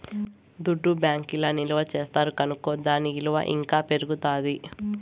దుడ్డు బ్యాంకీల్ల నిల్వ చేస్తారు కనుకో దాని ఇలువ ఇంకా పెరుగుతాది